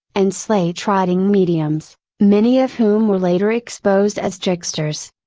and slate writing mediums, many of whom were later exposed as tricksters.